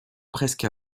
presque